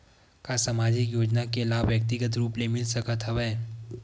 का सामाजिक योजना के लाभ व्यक्तिगत रूप ले मिल सकत हवय?